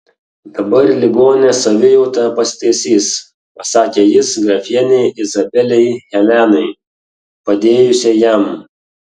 dabar ligonės savijauta pasitaisys pasakė jis grafienei izabelei helenai padėjusiai jam